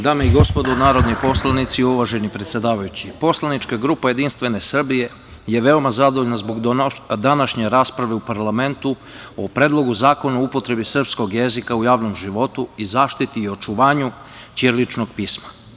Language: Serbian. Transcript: Dame i gospodo narodni poslanici, uvaženi predsedavajući, poslanička grupa JS je veoma zadovoljna zbog današnje rasprave u parlamentu o Predlogu zakona o upotrebi srpskog jezika u javnom životu i zaštiti i očuvanju ćiriličnog pisma.